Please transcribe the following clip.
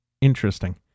Interesting